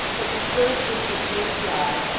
looking first into a paved yard,